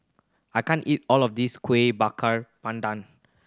I can't eat all of this Kuih Bakar Pandan